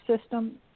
system